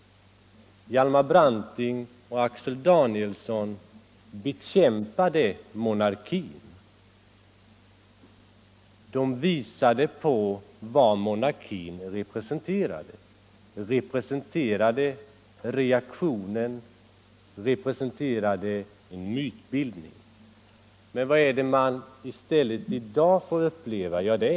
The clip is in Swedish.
Hjalmar Branting och Axel Danielsson bekämpade monarkin. De visade på vad monarkin representerade — den . representerade reaktionen, den representerade mytbildning. Men vad är det man i stället får uppleva i dag?